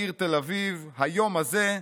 בעיר תל אביב, היום הזה,